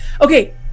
Okay